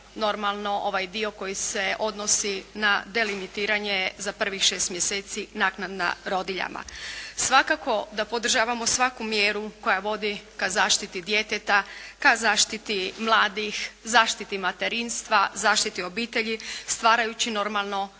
normalno ovaj dio koji se odnosi na delimitiranje za prvih 6 mjeseci naknada rodiljama. Svakako da podržavamo svaku mjeru koja vodi ka zaštiti djeteta, zaštiti mladih, zaštiti materinstva, zaštiti obitelji stvarajući normalno